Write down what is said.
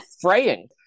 fraying